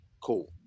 Cool